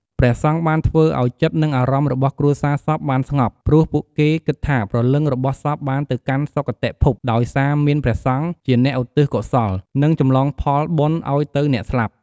ព្រះសង្ឃបានធ្វើឲ្យចិត្ត និងអារម្មណ៍របស់គ្រួសារសពបានស្ងប់ ព្រោះពួកគេគិតថាប្រលឹងរបស់សពបានទៅកាន់សុគតិភព ដោយសារមានព្រះសង្ឃជាអ្នកឧទ្ទិសកុសល និងចម្លងផលបុណ្យឲ្យទៅអ្នកស្លាប់។